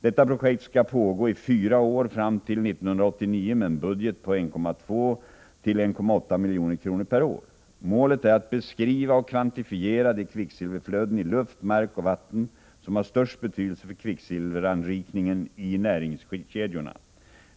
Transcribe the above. Detta projekt skall pågå i fyra år fram till 1989 med en budget på 1,2-1,8 milj.kr. per år. Målet är att beskriva och kvantifiera de kvicksilver — Nr 131 flöden i luft, mark och vatten som har störst betydelse för kvicksilveranrik Måndagen den ning i näringskedjorna.